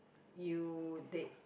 you they